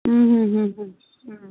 ਹਮ ਹਮ ਹਮ ਹਮ